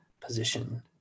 position